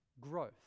growth